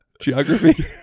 geography